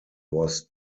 was